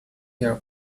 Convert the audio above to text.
your